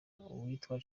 uwitwa